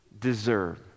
deserve